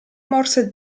morse